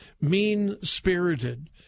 mean-spirited